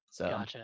Gotcha